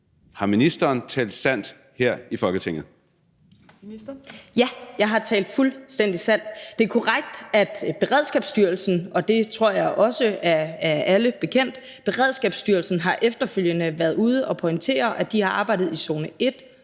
Forsvarsministeren (Trine Bramsen): Ja, jeg har talt fuldstændig sandt. Det er korrekt, at Beredskabsstyrelsen – og det tror jeg også er alle bekendt – efterfølgende har været ude og pointere, at de har arbejdet i zone 1